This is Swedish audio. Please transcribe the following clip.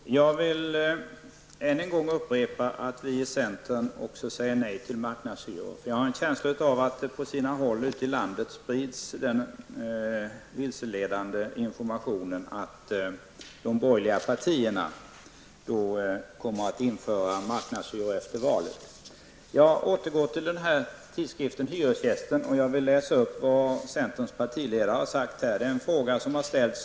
Herr talman! Jag vill än en gång upprepa att också vi i centern säger nej till marknadshyror. Jag har en känsla av att det på sina håll ute i landet sprids en vilseledande information om att de borgerliga partierna kommer att införa marknadshyror efter valet. Jag återkommer till tidskriften Hyresgästen och vill läsa upp vad centerns partiledare sagt i denna tidning.